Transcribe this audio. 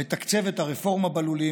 לתקצב את הרפורמה בלולים,